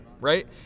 right